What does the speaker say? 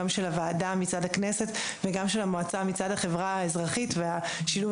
גם של הוועדה מצד הכנסת וגם של המועצה מצד החברה האזרחית והשילוב